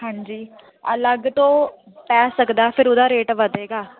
ਹਾਂਜੀ ਅਲੱਗ ਤੋਂ ਪੈ ਸਕਦਾ ਫਿਰ ਉਹਦਾ ਰੇਟ ਵਧੇਗਾ